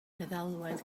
feddalwedd